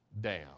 down